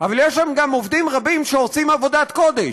אבל יש שם גם עובדים רבים שעושים עבודת קודש,